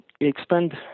expand